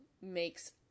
makes